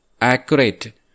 accurate